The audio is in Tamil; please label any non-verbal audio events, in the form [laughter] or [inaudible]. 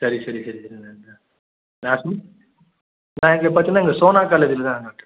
சரி சரி சரி சரிங்க [unintelligible] நான் இதை பார்த்தினா எங்கள் சோனார் காலேஜில்தான் டாக்டர்